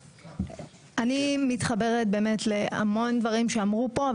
אני מתחברת באמת להמון דברים שאמרו פה,